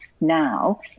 now